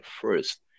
first